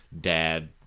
dad